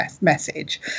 message